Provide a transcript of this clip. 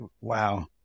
wow